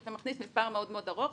שאתה מכניס מספר מאוד ארוך,